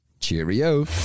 Cheerio